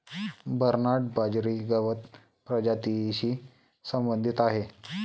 Bernard बाजरी गवत प्रजातीशी संबंधित आहे